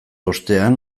ostean